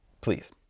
please